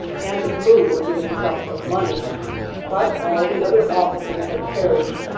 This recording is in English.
and the crew were given sums of money but all the other officers had perished,